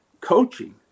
coaching